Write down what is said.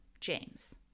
James